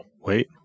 Wait